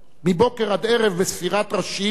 מבוקר עד ערב בספירת ראשים,